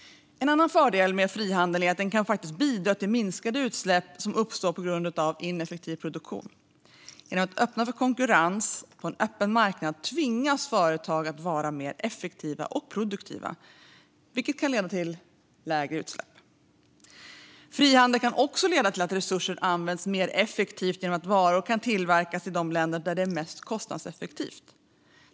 En annan fördel med frihandel är att den kan bidra till att minska utsläpp som uppstår på grund av ineffektiv produktion. Genom att öppna upp för konkurrens på en öppen marknad tvingas företag att vara mer effektiva och produktiva, vilket kan leda till lägre utsläpp. Frihandel kan också leda till att resurser används mer effektivt genom att varor kan tillverkas i de länder där det är mest kostnadseffektivt.